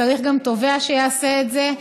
צריך גם תובע שיעשה את זה.